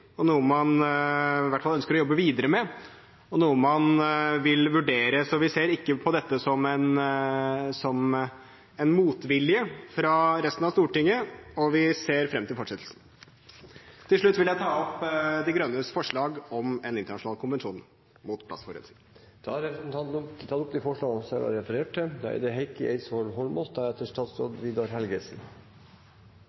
hvert fall ønsker å jobbe videre med, og noe man vil vurdere. Så vi ser ikke på dette som en motvilje fra resten av Stortinget, og vi ser fram til fortsettelsen. Til slutt vil jeg ta opp De Grønnes forslag om en internasjonal konvensjon mot plastforurensning. Representanten Knut Falk Qvigstad har tatt opp det forslaget han refererte til. Ingen har rett til å ødelegge naturens velsignelse med boss, og rikdommen i havet gjør det